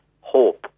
hope